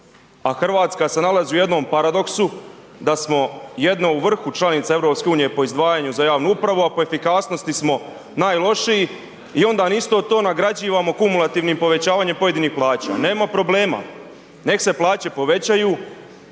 a RH se nalazi u jednom paradoksu da smo jedna u vrhu članica EU po izdvajanju za javnu upravu, a po efikasnosti smo najlošiji i ondan isto to nagrađivamo kumulativnim povećavanjem pojedinih plaća, nema problema, nek se plaće povećaju,